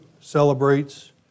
celebrates